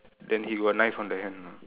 then he got knife on the hand or not